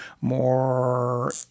more